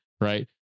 Right